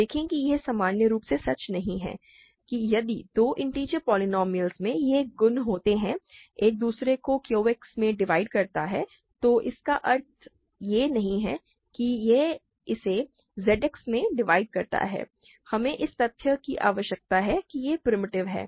देखें कि यह सामान्य रूप से सच नहीं है कि यदि दो इन्टिजर पोलीनोमिअलस में यह गुण होता है कि एक दूसरे को QX में डिवाइड करता है तो इसका अर्थ यह नहीं है कि यह इसे ZX में डिवाइड करता है हमें इस तथ्य की आवश्यकता है कि यह प्रिमिटिव है